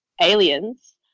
Aliens